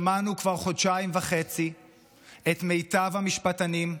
שמענו כבר חודשיים וחצי את מיטב המשפטנים,